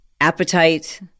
appetite